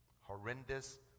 horrendous